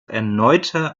erneuter